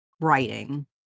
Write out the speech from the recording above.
writing